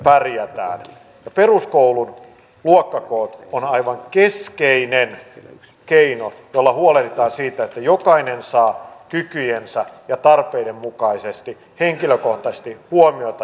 ja peruskoulun luokkakoot on aivan keskeinen keino jolla huolehditaan siitä että jokainen saa kykyjensä ja tarpeidensa mukaisesti henkilökohtaisesti huomiota ja koulutusta